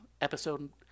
episode